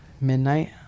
midnight